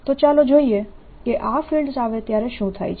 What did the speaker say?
તો ચાલો જોઈએ કે આ ફિલ્ડ્સ આવે ત્યારે શું થાય છે